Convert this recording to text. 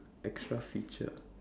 extra feature ah